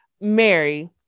Mary